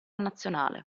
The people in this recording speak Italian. nazionale